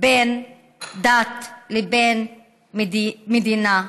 בין דת לבין מדינה.